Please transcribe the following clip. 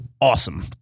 awesome